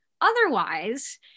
Otherwise